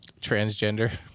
transgender